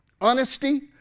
honesty